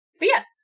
yes